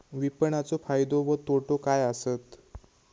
विपणाचो फायदो व तोटो काय आसत?